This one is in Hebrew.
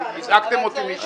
הזעקתם אותי מישיבה.